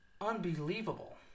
unbelievable